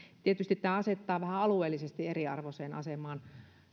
tietysti se asettaa vähän alueellisesti eriarvoiseen asemaan